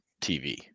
TV